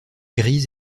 grise